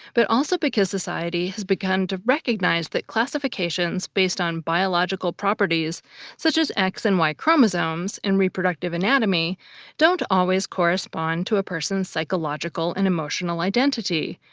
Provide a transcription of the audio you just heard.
but also because society has begun to recognize that classifications based on biological properties such as x and y chromosomes and reproductive anatomy don't always correspond to a person's psychological and emotional identity,